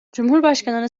cumhurbaşkanını